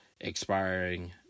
expiring